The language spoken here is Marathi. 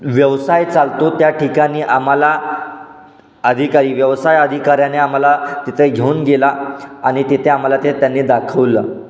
व्यवसाय चालतो त्या ठिकाणी आम्हाला अधिकारी व्यवसाय अधिकाऱ्याने आम्हाला तिथं घेऊन गेला आणि तिथे आम्हाला ते त्यांनी दाखवलं